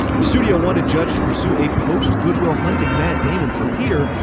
the studio wanted judge to pursue a post-goodwill-hunting matt damon for peter,